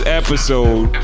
episode